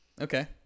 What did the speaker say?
Okay